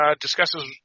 discusses